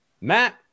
Matt